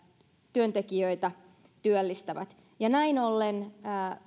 työntekijöitä työllistävät näin ollen